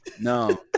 No